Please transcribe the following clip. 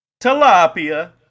Tilapia